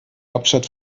hauptstadt